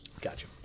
gotcha